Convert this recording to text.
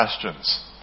questions